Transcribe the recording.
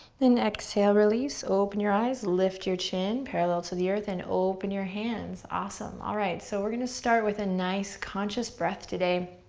then exhale, release, open your eyes, lift your chin parallel to the earth and open your hands. awesome, alright, so we're gonna start with a nice, conscious breath today,